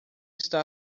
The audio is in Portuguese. está